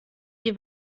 die